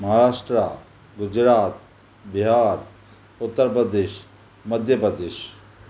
Maharashtra Gujarat Bihar Uttar Pradesh Madhya Pradesh